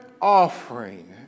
offering